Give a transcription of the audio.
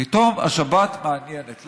פתאום השבת מעניינת.